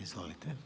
Izvolite.